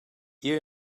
ihr